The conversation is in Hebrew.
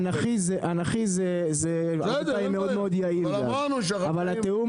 אנכי זו חקלאות מאוד יעילה, אבל התיאום